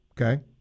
okay